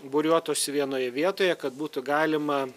būriuotųsi vienoje vietoje kad būtų galima